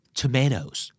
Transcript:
tomatoes